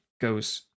goes